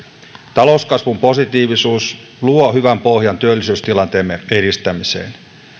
talouskasvun positiivisuus luo hyvän pohjan työllisyystilanteemme edistämiselle